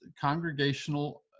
congregational